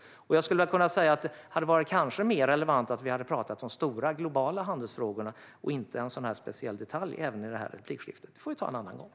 Jag skulle väl kunna säga att det kanske hade varit mer relevant om vi hade pratat om de stora globala handelsfrågorna i det här replikskiftet och inte en sådan här speciell detalj. Men det får vi ta en annan gång.